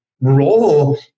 role